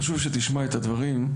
חשוב שתשמע את הדברים,